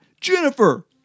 Jennifer